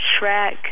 Shrek